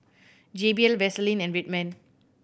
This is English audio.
J B L Vaseline and Red Man